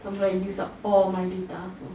Tumblr used up all of my data so